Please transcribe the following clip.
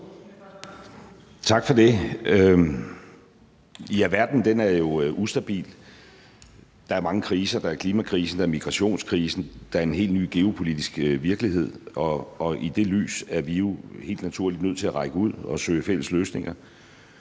Tak for det. Ja, verden er jo ustabil. Der er mange kriser – der er klimakrisen, der er migrationskrisen, der er en helt ny geopolitisk virkelighed – og i det lys er vi helt naturligt nødt til at række ud og søge fælles løsninger